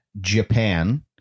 Japan